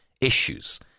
issues